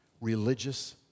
religious